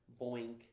boink